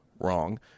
wrong